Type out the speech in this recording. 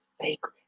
sacred